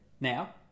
Now